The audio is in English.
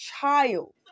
child